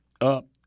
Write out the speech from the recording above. up